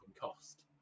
cost